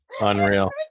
unreal